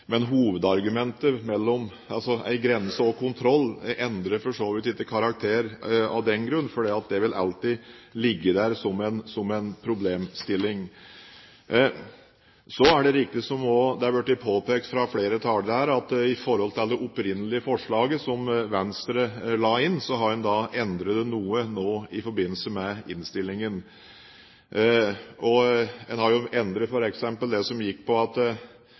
Men hovedargumentet, avveining mellom grense og kontroll, endrer for så vidt ikke karakter av den grunn, for det vil alltid ligge der som en problemstilling. Det er riktig, slik det også har blitt påpekt av flere talere her, at det opprinnelige forslaget som Venstre la inn, har blitt endret noe i forbindelse med innstillingen. En har f.eks. endret det som gjelder en bedrift som i en periode har større inngående avgift enn utgående avgift. Her vil det kunne være en ulempe at